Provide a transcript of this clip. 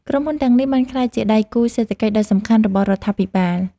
ក្រុមហ៊ុនទាំងនេះបានក្លាយជាដៃគូសេដ្ឋកិច្ចដ៏សំខាន់របស់រដ្ឋាភិបាល។